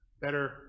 better